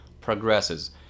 progresses